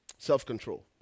Self-control